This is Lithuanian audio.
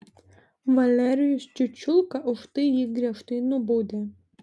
valerijus čiučiulka už tai jį griežtai nubaudė